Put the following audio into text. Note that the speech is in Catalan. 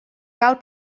cal